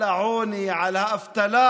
על העוני, על האבטלה,